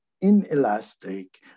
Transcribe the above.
inelastic